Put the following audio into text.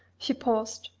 she paused.